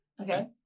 Okay